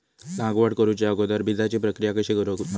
लागवड करूच्या अगोदर बिजाची प्रकिया कशी करून हवी?